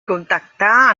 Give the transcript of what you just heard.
contactar